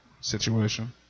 situation